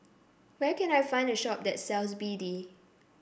where can I find a shop that sells B D